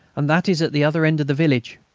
and that is at the other end of the village.